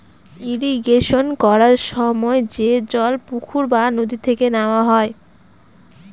irrigation করার সময় যে জল পুকুর বা নদী থেকে নেওয়া হয়